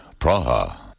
Praha